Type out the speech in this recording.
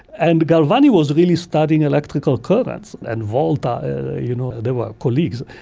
and galvani was really studying electrical currents, and volta, you know they were colleagues.